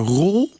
rol